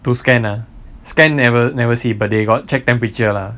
to scan ah scan never never see but they got check temperature lah